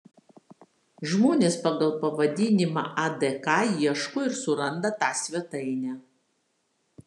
žmonės pagal pavadinimą adk ieško ir suranda tą svetainę